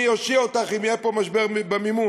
מי יושיע אותך אם יהיה פה משבר במימון?